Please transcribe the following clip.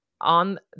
On